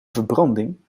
verbranding